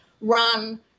run